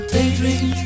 Daydream